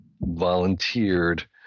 volunteered